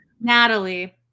Natalie